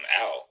out